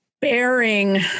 bearing